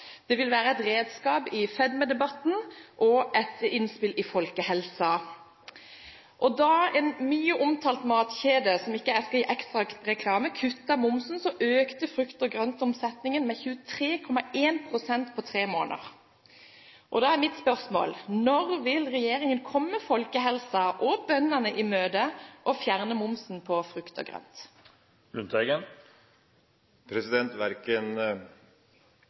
Det vil være et redskap i fedmedebatten og et innspill i debatten om folkehelsen. Da en mye omtalt matvarekjede – som jeg ikke skal gi ekstra reklame her – kuttet denne momsen, økte frukt- og grøntomsetningen med 23,1 pst. på tre måneder. Da er mitt spørsmål: Når vil regjeringen komme folkehelsen og bøndene i møte og fjerne momsen på frukt og grønt? Verken